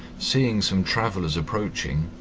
seeing some travellers approaching,